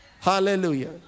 hallelujah